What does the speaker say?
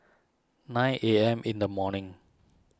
nine A M in the morning